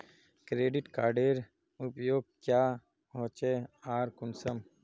Credit कार्डेर उपयोग क्याँ होचे आर कुंसम?